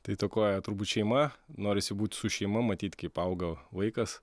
tai įtakoja turbūt šeima norisi būt su šeima matyt kaip auga vaikas